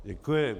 Děkuji.